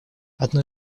одну